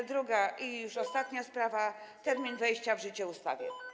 I już ostatnia sprawa: termin wejścia w życie ustawy.